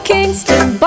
Kingston